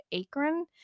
Akron